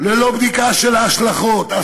ללא בדיקה של ההשלכות,